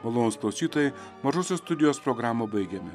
malonūs klausytojai mažosios studijos programą baigiame